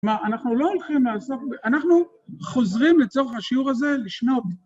כלומר, אנחנו לא הולכים לעסוק ב... אנחנו חוזרים לצורך השיעור הזה לשנות.